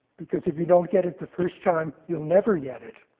because if you don't get it the first time, you'll never get it.